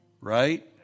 Right